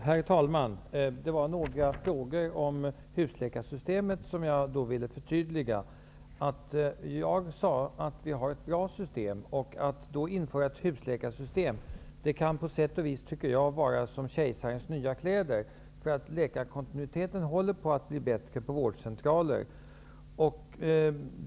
Herr talman! Det var några frågor om husläkarsystemet som jag ville förtydliga. Jag sade att vi har ett bra system. Att då införa ett husläkarsystem, tycker jag på sätt och vis kan vara som kejsarens nya kläder. Läkarkontinuiteten håller nämligen på att bli bättre på vårdcentralerna.